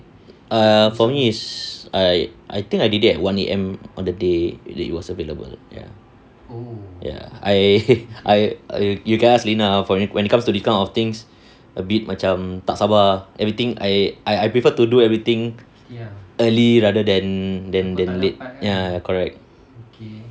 err for me is I I think I did it at one A_M on the day that it was available ya ya I I err you can ask lina for it when it comes to this kind of things a bit macam tak sabar everything I I prefer to do everything early rather than than than late ya correct